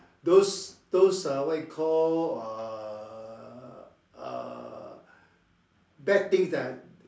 those those uh what you called uh uh bad things that I